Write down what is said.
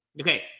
Okay